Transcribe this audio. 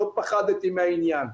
לא פחדתי מהעניין.